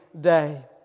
day